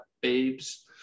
babes